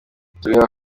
atubwira